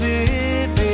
Living